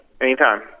Anytime